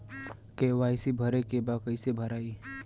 KYC भरे के बा कइसे भराई?